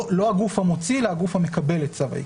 לא הגוף המוציא אלא הגוף המקבל את צו העיקול.